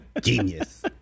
genius